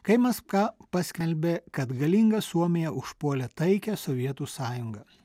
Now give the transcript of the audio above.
kai maskva paskelbė kad galinga suomija užpuolė taikią sovietų sąjungą